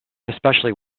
especially